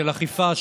של אכיפה,